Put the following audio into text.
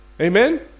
Amen